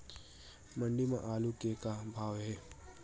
मंडी म आलू के का भाव हे?